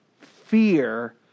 fear